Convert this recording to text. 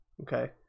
Okay